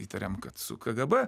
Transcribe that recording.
įtarėm kad su kgb